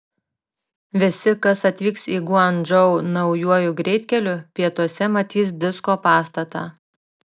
visi kas atvyks į guangdžou naujuoju greitkeliu pietuose matys disko pastatą